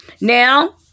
now